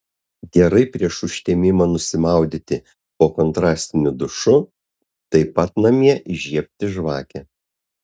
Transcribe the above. gerai prieš užtemimą nusimaudyti po kontrastiniu dušu taip pat namie įžiebti žvakę